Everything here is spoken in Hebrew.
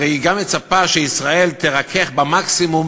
הרי היא גם מצפה שישראל תרכך במקסימום